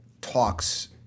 talks